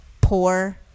poor